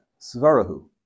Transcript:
Svarahu